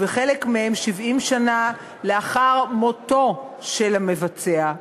ובחלק מהם 70 שנה לאחר מותו של המבצע.